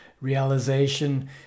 realization